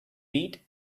eat